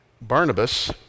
Barnabas